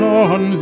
on